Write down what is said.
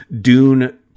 Dune